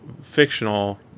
fictional